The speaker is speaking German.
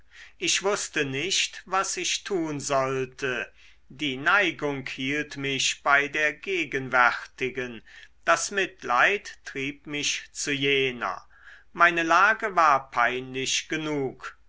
ich wußte nicht was ich tun sollte die neigung hielt mich bei der gegenwärtigen das mitleid trieb mich zu jener meine lage war peinlich genug